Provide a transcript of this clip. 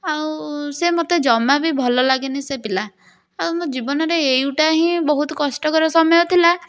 ଆଉ ସେ ମୋତେ ଜମା ବି ଭଲ ଲାଗେନି ସେ ପିଲା ଆଉ ମୋ ଜୀବନରେ ଏଇଟା ହିଁ ବହୁତୁ କଷ୍ଟକର ସମୟ ଥିଲା